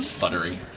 Buttery